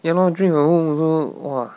ya lor drink at home also !wah!